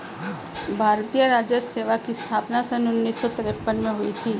भारतीय राजस्व सेवा की स्थापना सन उन्नीस सौ तिरपन में हुई थी